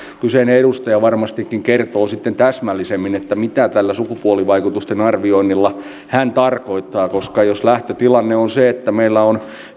kyseinen edustaja varmastikin kertoo sitten täsmällisemmin mitä tällä sukupuolivaikutusten arvioinnilla hän tarkoittaa koska jos lähtötilanne on se että meillä on